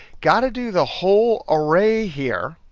got to do the whole array here,